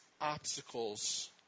obstacles